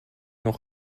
noch